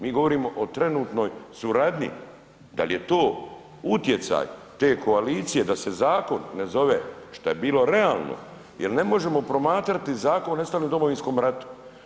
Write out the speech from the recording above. Mi govorimo o trenutnoj suradnji, da li je to utjecaj te koalicije da se zakon ne zove šta je bilo realno, jer ne možemo promatrati zakon nestali u Domovinskom ratu.